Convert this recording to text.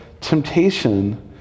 Temptation